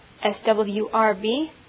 SWRB